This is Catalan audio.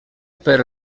per